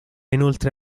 inoltre